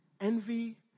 Envy